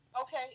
okay